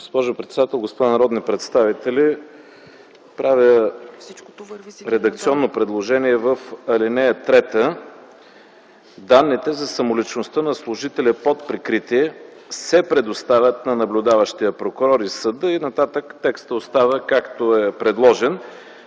Госпожо председател, господа народни представители! Правя редакционно предложение в ал. 3 „Данните за самоличността на служителя под прикритие се предоставят на наблюдаващия прокурор и съда” и нататък текстът остава, както е предложен.